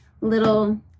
little